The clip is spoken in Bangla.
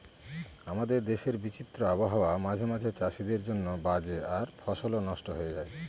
আমাদের দেশের বিচিত্র আবহাওয়া মাঝে মাঝে চাষীদের জন্য বাজে আর ফসলও নস্ট হয়ে যায়